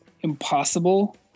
impossible